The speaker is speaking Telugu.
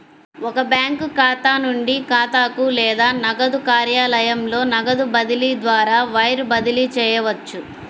ఒక బ్యాంకు ఖాతా నుండి ఖాతాకు లేదా నగదు కార్యాలయంలో నగదు బదిలీ ద్వారా వైర్ బదిలీ చేయవచ్చు